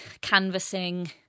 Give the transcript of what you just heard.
canvassing